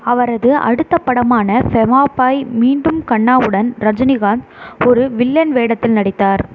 அவரது அடுத்த படமான பெவாஃபாய் மீண்டும் கண்ணாவுடன் ரஜினிகாந்த் ஒரு வில்லன் வேடத்தில் நடித்தார்